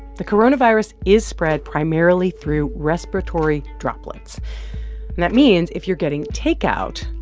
the coronavirus is spread primarily through respiratory droplets. and that means if you're getting takeout,